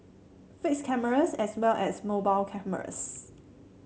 fixed cameras as well as mobile cameras